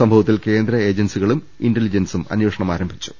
സംഭവത്തിൽ കേന്ദ്ര ഏ ജൻസികളും ഇൻ്റലിജൻസും അന്വേഷണം ആരംഭിച്ചു